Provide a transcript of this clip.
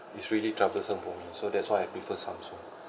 it's really troublesome for me so that's why I prefer samsung